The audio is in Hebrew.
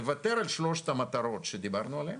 לוותר על שלוש המטרות שדיברנו עליהם,